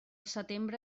setembre